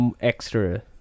extra